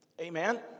Amen